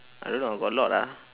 I don't know got a lot lah